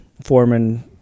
Foreman